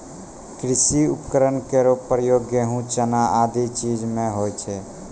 कृषि उपकरण केरो प्रयोग गेंहू, चना आदि चीज म होय छै